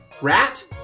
Rat